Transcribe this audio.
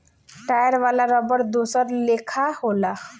tyre वाला रबड़ दोसर लेखा होला